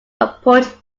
approached